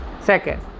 second